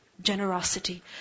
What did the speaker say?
generosity